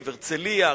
הרצלייה,